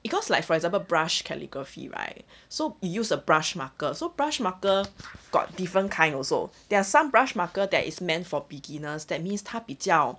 because like for example brush calligraphy right so use a brush marker so brush marker got different kind also there are some brush marker that is meant for beginners that means 他比较